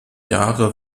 jahre